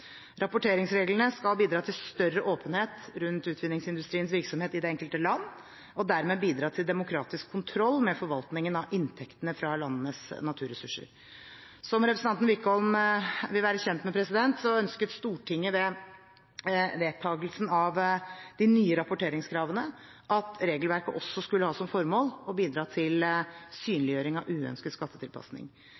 Rapporteringsreglene skal bidra til større åpenhet rundt utvinningsindustriens virksomhet i det enkelte land og dermed bidra til demokratisk kontroll med forvaltningen av inntektene fra landenes naturressurser. Som representanten Wickholm vil være kjent med, ønsket Stortinget ved vedtakelsen av de nye rapporteringskravene at regelverket også skulle ha som formål å bidra til